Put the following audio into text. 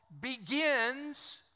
begins